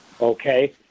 okay